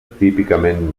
típicament